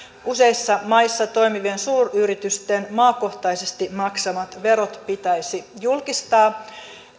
useissa maissa toimivien suuryritysten maakohtaisesti maksamat verot pitäisi julkistaa